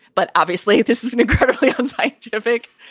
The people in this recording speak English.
but obviously, this is an incredibly unscientific,